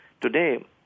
Today